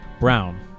Brown